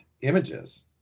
images